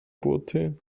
boote